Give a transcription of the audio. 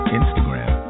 instagram